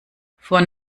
von